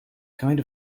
kind